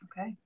Okay